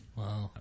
wow